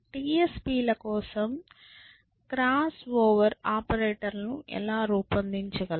TSP ల కోసం crossover ఆపరేటర్ల ను ఎలా రూపొందించగలం